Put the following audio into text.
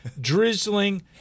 drizzling